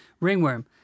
Ringworm